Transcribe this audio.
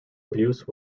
abuse